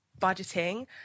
budgeting